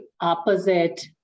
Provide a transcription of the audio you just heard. opposite